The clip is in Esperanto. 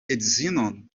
edzinon